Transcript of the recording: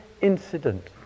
incident